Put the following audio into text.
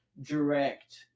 direct